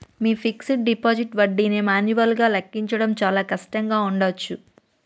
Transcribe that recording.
మీ fixed deposit వడ్డీని మాన్యువల్గా లెక్కించడం చాలా కష్టంగా ఉండచ్చు